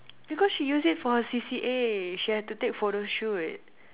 because she use it for her C_C_A she had to take photo shoot